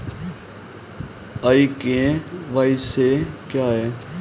ई KYC क्या है?